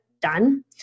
done